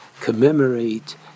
commemorate